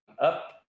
up